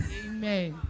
amen